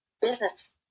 business